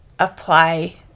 apply